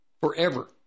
Forever